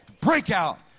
breakout